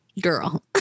Girl